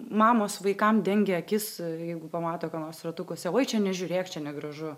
mamos vaikam dengia akis jeigu pamato ką nors ratukuose oi čia nežiūrėk čia negražu